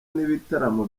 n’ibitaramo